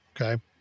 okay